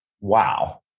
wow